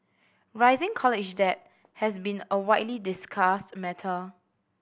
rising college debt has been a widely discussed matter